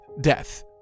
death